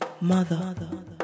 mother